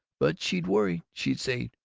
but she'd worry. she'd say,